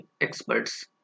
experts